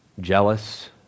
jealous